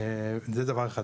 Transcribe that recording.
זה דבר אחד.